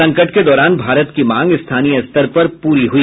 संकट के दौरान भारत की मांग स्थानीय स्तर पर प्ररी हुई